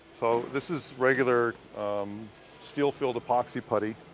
so this is regular steel-filled epoxy putty.